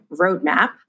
roadmap